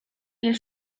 hil